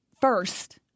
first